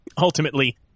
ultimately